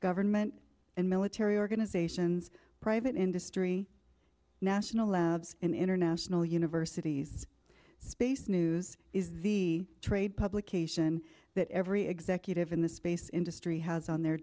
government and military organizations private industry national labs and international universities space news is the trade publication that every executive in the space industry has on their